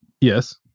Yes